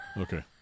Okay